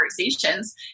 conversations